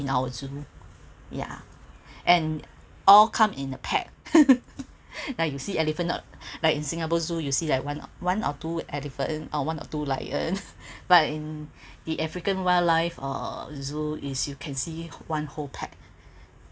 in our zoo yeah and all come in a pack like you see elephant up like in singapore zoo you see like one one or two elephants or one or two lion but in the African wildlife uh zoo is you can see one whole pack